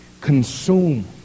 consume